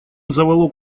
заволок